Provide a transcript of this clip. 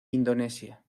indonesia